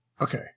Okay